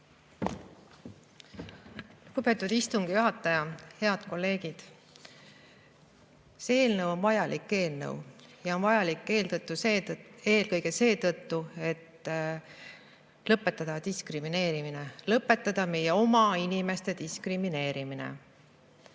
Lugupeetud istungi juhataja! Head kolleegid! See eelnõu on vajalik eelnõu ja on vajalik eelkõige seetõttu, et lõpetada diskrimineerimine – lõpetada meie oma inimeste diskrimineerimine.